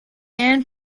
and